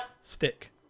Stick